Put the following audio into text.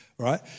right